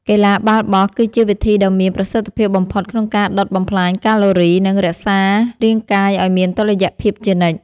កីឡាបាល់បោះ គឺជាវិធីដ៏មានប្រសិទ្ធភាពបំផុតក្នុងការដុតបំផ្លាញកាឡូរី និងរក្សារាងកាយឱ្យមានតុល្យភាពជានិច្ច។